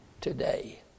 today